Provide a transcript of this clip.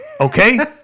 Okay